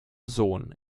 sohn